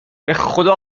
بخدا